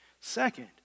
Second